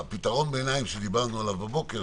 פתרון הביניים שדיברנו עליו בבוקר,